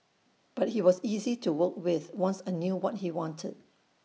but he was easy to work with once I knew what he wanted